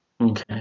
Okay